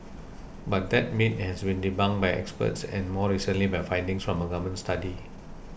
but that myth has been debunked by experts and more recently by findings from a Government study